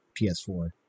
PS4